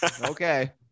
okay